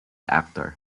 actor